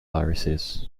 irises